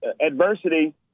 adversity –